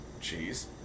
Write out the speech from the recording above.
Cheese